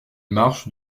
marches